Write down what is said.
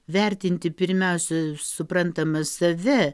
vertinti pirmiausia suprantama save